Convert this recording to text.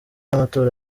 y’amatora